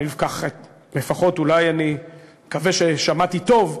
לפחות אני מקווה ששמעתי טוב,